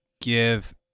give